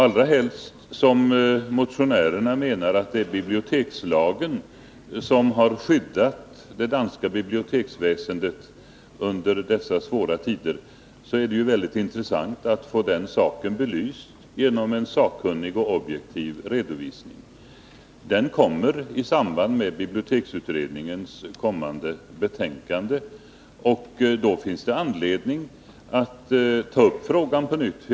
Särskilt som motionärerna menar att det är bibliotekslagen som har skyddat det danska biblioteksväsendet under dessa svåra tider är det intressant att få den saken belyst genom en sakkunnig och objektiv redovisning. En sådan får vi i samband med biblioteksutredningens kommande betänkande, och då finns det anledning att ta upp frågan på nytt.